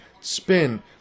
spin